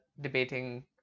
debating